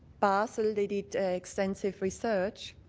basil did expensive research,